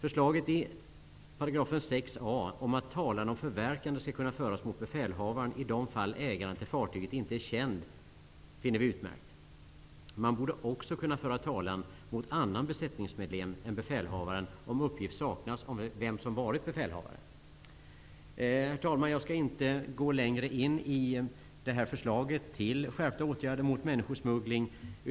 Förslaget till lagtext i 6 a § om att talan om förverkande skall kunna föras mot befälhavaren i de fall ägaren till fartyget inte är känd finner vi utmärkt. Man borde också kunna föra talan mot annan besättningsmedlem än befälhavaren om uppgift saknas om vem som har varit befälhavare. Herr talman! Jag skall inte gå längre in på förslaget om skärpta åtgärder mot människosmuggling.